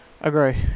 Agree